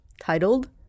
titled